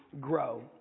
grow